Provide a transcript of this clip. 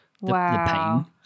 Wow